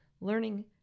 learning